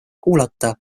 kuulata